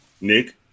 Nick